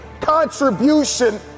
contribution